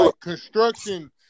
construction